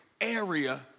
area